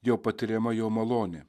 jau patiriama jo malonė